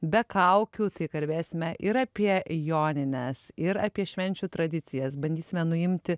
be kaukių tai kalbėsime ir apie jonines ir apie švenčių tradicijas bandysime nuimti